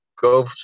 go